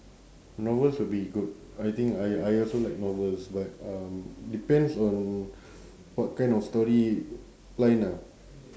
novels would be good I think I I also like novels but um depends on what kind of storyline ah